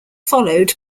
followed